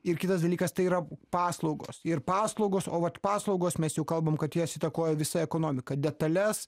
ir kitas dalykas tai yra paslaugos ir paslaugos o vat paslaugos mes jau kalbam kad jas įtakoja visa ekonomika detales